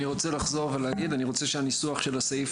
אני רוצה לחזור ולהגיד אני רוצה שהניסוח של הסעיף